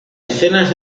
escenas